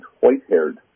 white-haired